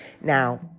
Now